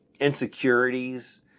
insecurities